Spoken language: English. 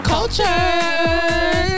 Culture